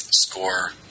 score